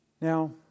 Now